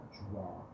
draw